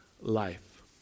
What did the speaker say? life